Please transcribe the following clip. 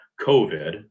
COVID